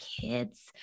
kids